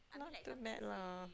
not too bad lah